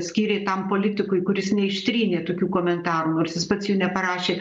skyrė tam politikui kuris neištrynė tokių komentarų nors jis pats jų neparašė